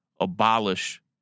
abolish